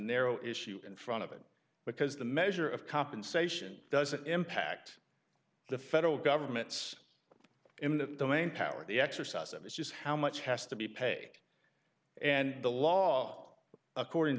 narrow issue in front of it because the measure of compensation doesn't impact the federal government's in the main power of the exercise it is just how much has to be pay and the law according